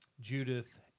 Judith